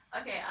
Okay